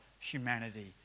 humanity